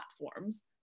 platforms